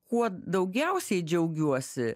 kuo daugiausiai džiaugiuosi